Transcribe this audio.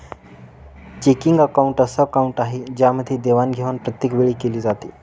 checking account अस account आहे ज्यामध्ये देवाणघेवाण प्रत्येक वेळी केली जाते